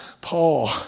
Paul